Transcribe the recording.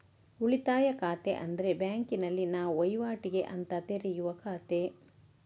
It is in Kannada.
ಉಳಿತಾಯ ಖಾತೆ ಅಂದ್ರೆ ಬ್ಯಾಂಕಿನಲ್ಲಿ ನಾವು ವೈವಾಟಿಗೆ ಅಂತ ತೆರೆಯುವ ಖಾತೆ